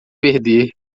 perder